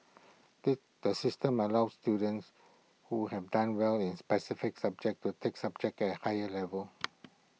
the the system allows students who have done well in specific subjects to take subject at higher level